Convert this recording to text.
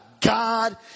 God